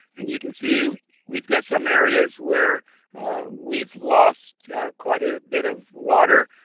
and you can see you we've got some areas where we've lost quite a bit of water.